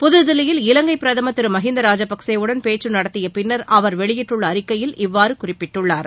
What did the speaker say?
புதுதில்லியில் இலங்கை பிரதமர் திரு மகிந்தா ராஜபக்சேவுடன் பேச்சு நடத்திய பின்னர் அவர் வெளியிட்டுள்ள அறிக்கையில் இவ்வாறு குறிப்பிட்டுள்ளார்